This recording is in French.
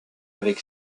avec